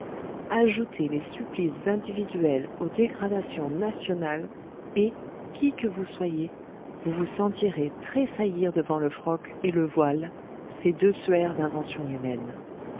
ajoutez les supplices individuels aux dégradations nationales et qui que vous soyez vous vous sentirez tressaillir devant le froc et le voile ces deux suaires d'invention humaine